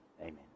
Amen